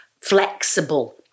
flexible